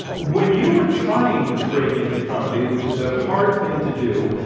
when you were trying to break into comedy, which is a hard thing to do,